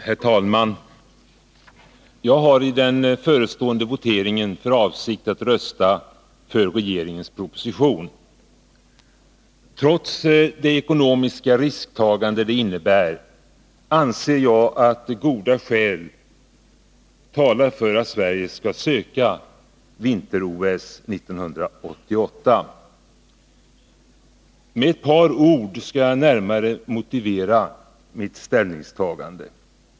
Herr talman! Jag har i den förestående voteringen för avsikt att rösta för regeringens proposition. Trots det ekonomiska risktagande det innebär anser jag att goda skäl talar för att Sverige skall söka vinter-OS 1988. Med några ord skall jag närmare motivera mitt ställningstagande.